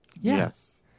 Yes